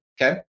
okay